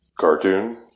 Cartoon